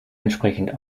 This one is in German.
entsprechend